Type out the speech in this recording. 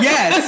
Yes